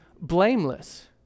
blameless